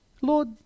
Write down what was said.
Lord